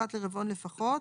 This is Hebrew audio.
אחת לרבעון לפחות,